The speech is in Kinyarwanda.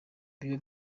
biba